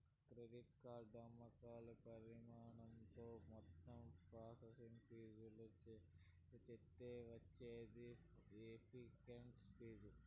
credit card అమ్మకాల పరిమాణంతో మొత్తం ప్రాసెసింగ్ ఫీజులు వేరుచేత్తే వచ్చేదే ఎఫెక్టివ్ ఫీజు